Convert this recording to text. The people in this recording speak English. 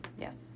yes